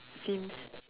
seems